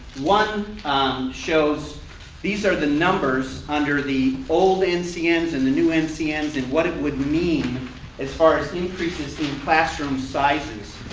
one shows these are the numbers under the old ncns and the new ncns and what it would mean as far as increasing the classroom sizes.